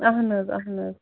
اَہن حظ اَہن حظ